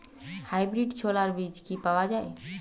Hybrid ছোলার বীজ কি পাওয়া য়ায়?